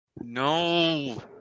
no